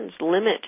limit